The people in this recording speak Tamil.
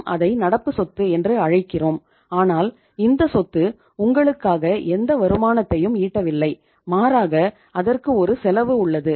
நாம் அதை நடப்பு சொத்து என்று அழைக்கிறோம் ஆனால் இந்த சொத்து உங்களுக்காக எந்த வருமானத்தையும் ஈட்டவில்லை மாறாக அதற்கு ஒரு செலவு உள்ளது